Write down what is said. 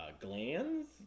glands